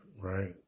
right